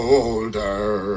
older